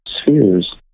spheres